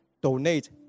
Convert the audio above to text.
donate